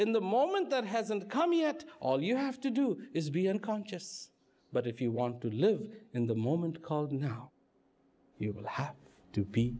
in the moment that hasn't come yet all you have to do is be unconscious but if you want to live in the moment called now you will have to